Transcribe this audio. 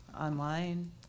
online